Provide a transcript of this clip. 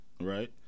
right